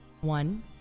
One